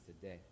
today